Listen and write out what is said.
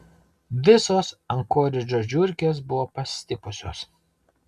visos ankoridžo žiurkės buvo pastipusios